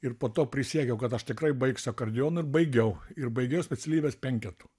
ir po to prisiekiau kad aš tikrai baigsiu akordeonu ir baigiau ir baigiau specialybes penketu